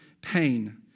pain